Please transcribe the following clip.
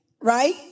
right